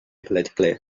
politically